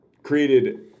created